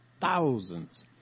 thousands